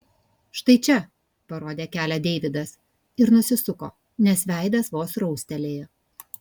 štai čia parodė kelią deividas ir nusisuko nes veidas vos raustelėjo